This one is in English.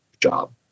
job